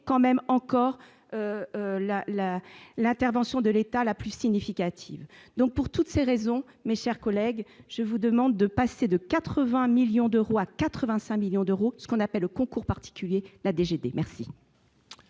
quand même encore la la la Terre vention de l'État, la plus significative, donc pour toutes ces raisons, mais, chers collègues, je vous demande de passer de 80 millions d'euros à 85 millions d'euros, ce qu'on appelle le concours particuliers la DGB merci.